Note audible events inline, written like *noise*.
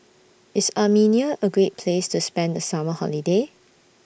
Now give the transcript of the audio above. *noise* IS Armenia A Great Place to spend The Summer Holiday